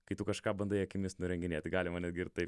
kai tu kažką bandai akimis nurenginėti galima netgi ir taip